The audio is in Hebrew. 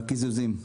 והקיזוזים.